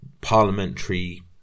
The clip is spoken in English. parliamentary